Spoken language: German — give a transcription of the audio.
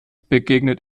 begegnet